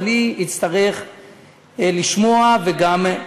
ואני אצטרך לשמוע וגם,